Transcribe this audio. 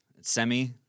semi